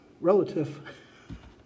relative